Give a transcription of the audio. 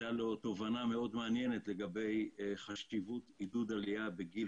הייתה לו תובנה מאוד מעניינת לגבי חשיבות עידוד עלייה בגיל